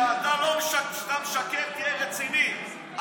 כשאתה משקר תהיה רציני.